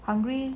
hungry